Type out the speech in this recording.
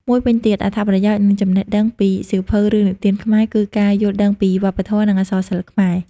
មួយវិញទៀតអត្ថប្រយោជន៍ និងចំណេះដឹងពីសៀវភៅរឿងនិទានខ្មែរគឺ ការយល់ដឹងពីវប្បធម៌ និងអក្សរសិល្ប៍ខ្មែរ។